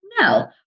No